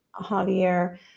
Javier